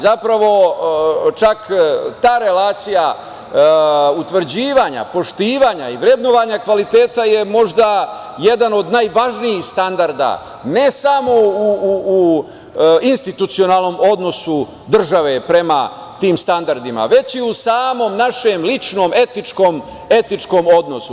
Zapravo, čak ta relacija utvrđivanja, poštovanja i vrednovanja kvaliteta je možda jedan od najvažnijih standarda ne samo u institucionalnom odnosu države prema tim standardima, već i u samom našem ličnom etičkom odnosu.